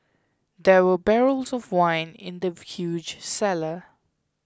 there were barrels of wine in the huge cellar